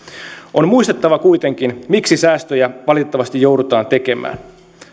on muistettava kuitenkin miksi säästöjä valitettavasti joudutaan tekemään